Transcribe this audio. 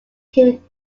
him